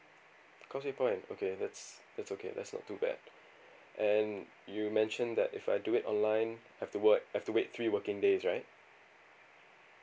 causeway point okay that's that's okay that's not too bad and you mentioned that if I do it online have to work have to wait three working days right